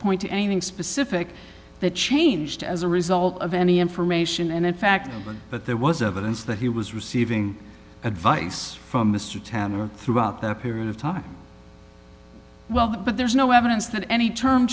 point to anything specific that changed as a result of any information and in fact but there was evidence that he was receiving advice from mr tanner throughout that period of time well but there's no evidence that any term